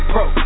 Pro